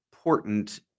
Important